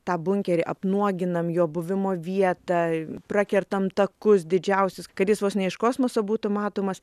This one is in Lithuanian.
tą bunkerį apnuoginam jo buvimo vietą prakertam takus didžiausius kad jis vos ne iš kosmoso būtų matomas